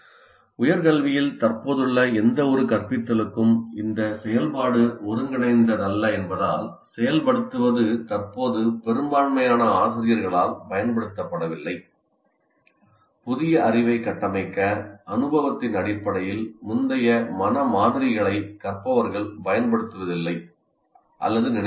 உயர்கல்வியில் தற்போதுள்ள எந்தவொரு கற்பித்தலுக்கும் இந்த செயல்பாடு ஒருங்கிணைந்ததல்ல என்பதால் 'செயல்படுத்துவது' தற்போது பெரும்பான்மையான ஆசிரியர்களால் பயன்படுத்தப்படவில்லை புதிய அறிவை கட்டமைக்க அனுபவத்தின் அடிப்படையில் முந்தைய மன மாதிரிகளை கற்பவர்கள் பயன்படுத்துவதில்லை அல்லது நினைவிருக்காது